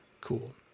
cool